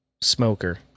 smoker